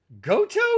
Goto